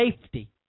safety